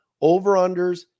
over-unders